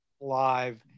live